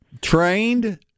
Trained